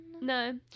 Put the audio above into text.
No